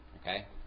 okay